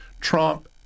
Trump